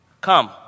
come